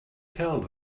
tell